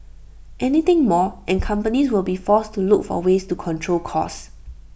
anything more and companies will be forced to look for ways to control costs